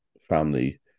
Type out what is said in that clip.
family